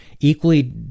equally